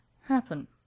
happen